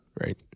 right